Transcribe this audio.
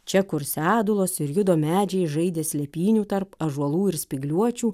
čia kur sedulos ir judo medžiai žaidė slėpynių tarp ąžuolų ir spygliuočių